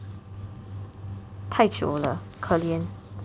太久了可怜